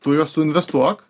tu juos suinvestuok